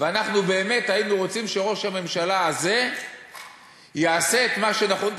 ואנחנו באמת היינו רוצים שראש הממשלה הזה יעשה את מה שנכון.